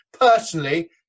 personally